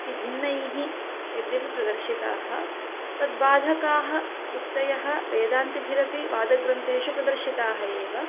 तिभिः यद्यपि प्रदर्शिताः तद्बाधकाः उक्तयः वेदान्तिभिरपि वादग्रन्थेषु प्रदर्शिताः एव